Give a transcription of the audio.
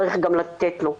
צריך גם לתת לו,